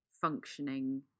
functioning